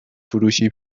فروشی